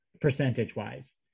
percentage-wise